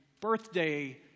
birthday